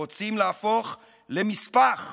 רוצים להפוך למשפח,